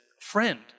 friend